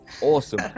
Awesome